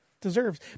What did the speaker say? deserves